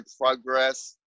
progress